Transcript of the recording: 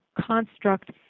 construct